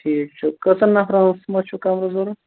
ٹھیٖک چھُ کٔژَن نَفرَن سُمبتھ چھُ کَمرٕ ضوٚرَتھ